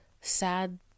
sad